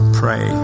pray